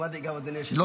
גם לי אדוני היושב-ראש.